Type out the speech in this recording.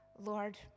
Lord